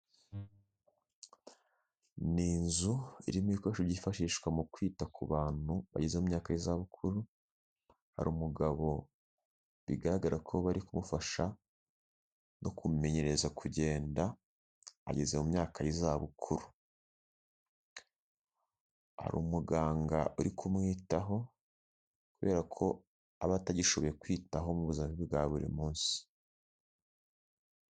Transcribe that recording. Ni inzu irimo ibikoresho byifashishwa mu kwita ku bantu bageze mu myaka y'izabukuru, hari umugabo bigaragara ko bari kumufasha no kumenyereza kugenda, ageze mu myaka y'izabukuru, hari umuganga uri kumwitaho kubera ko aba atagishoboye kwiyitaho mu buzima bwe bwa buri munsi.